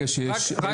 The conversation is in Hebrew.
זה